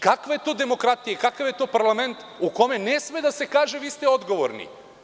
Kakva je to demokratija i kakav je to parlament u kome ne sme da se kaže – vi ste odgovorni.